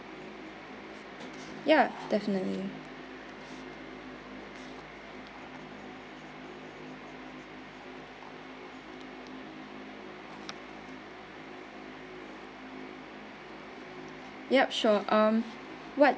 ya definitely yup sure um what